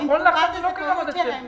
נכון לעכשיו זה לא קיים עד דצמבר.